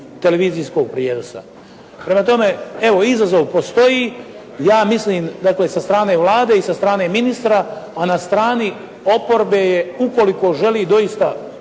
televizijskog prijenosa. Prema tome evo, izazov postoji. Ja mislim dakle sa strane Vlade i sa strane ministra, a na strani oporbe je ukoliko želi doista